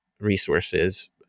resources